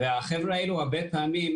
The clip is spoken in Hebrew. והחבר'ה האלה הרבה פעמים,